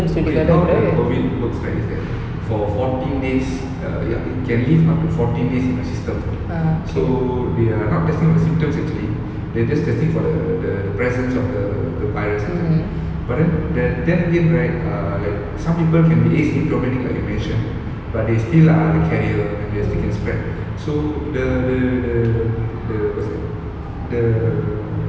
okay how the COVID works right is that for fourteen days err ya it can live up to fourteen days in the system so they are not testing the symptoms actually they're just testing for the the the presence of the the virus I think but then the then again right err like some people can be asymptomatic like you mentioned but they still are the carrier and yes they can spread so the the the the what's that the